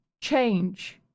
change